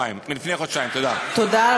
שלך תמו.